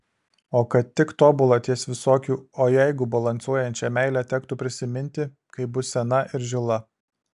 o kad tik tobulą ties visokių o jeigu balansuojančią meilę tektų prisiminti kai bus sena ir žila